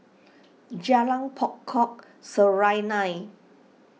Jalan Pokok Serunai